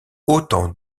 autant